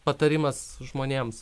patarimas žmonėms